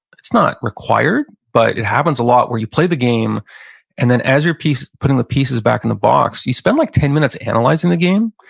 it's not required, but it happens a lot, where you play the game and then as you're putting the pieces back in the box, you spend like ten minutes analyzing the game.